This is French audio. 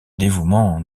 dévouement